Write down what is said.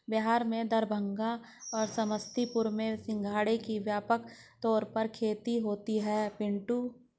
बिहार में दरभंगा और समस्तीपुर में सिंघाड़े की व्यापक तौर पर खेती होती है पिंटू